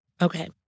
Okay